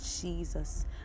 Jesus